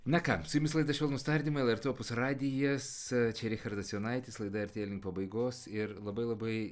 na ką su jumis laida švelnūs tardymai lrt opus radijas čia richardas jonaitis laidai artėja link pabaigos ir labai labai